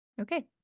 Okay